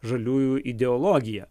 žaliųjų ideologiją